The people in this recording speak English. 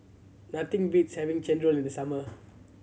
nothing beats having chendol in the summer